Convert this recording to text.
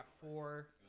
four